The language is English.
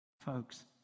Folks